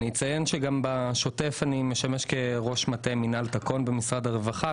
אני אציין שגם בשוטף אני משמש כראש מטה מינהל במשרד הרווחה,